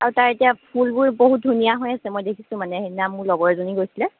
আৰু তাৰ এতিয়া ফুলবোৰ বহুত ধুনীয়া হৈ আছে মই দেখিছোঁ মানে সেইদিনা মোৰ লগৰ এজনী গৈছিল